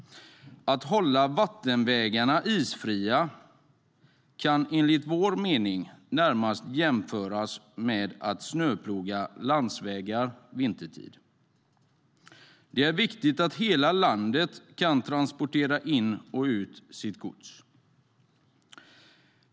Att hålla vattenvägarna isfria kan, enligt vår mening, närmast jämföras med att snöploga landsvägar vintertid. Det är viktigt att hela landet kan transportera in och ut sitt gods.